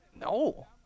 No